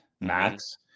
max